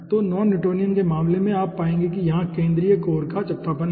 तो non Newtonian के मामले में आप पाएंगे कि यहाँ केंद्रीय कोर का चपटापन है